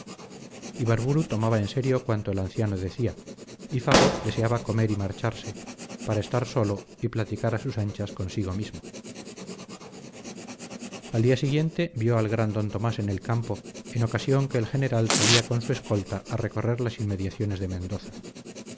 ibarburu tomaba en serio cuanto el anciano decía y fago deseaba comer y marcharse para estar solo y platicar a sus anchas consigo mismo al siguiente día vio al gran d tomás en el campo en ocasión que el general salía con su escolta a recorrer las inmediaciones de mendaza